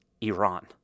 Iran